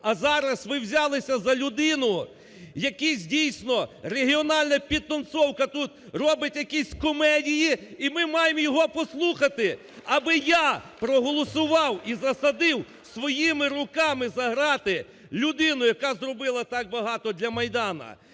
а зараз ви взялися за людину… Якийсь, дійсно… регіональна "підтанцовка" тут робить якісь комедії, і ми маємо його послухати! Аби я проголосував і засадив своїми руками за ґрати людину, яка зробила так багато для Майдану,